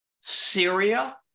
Syria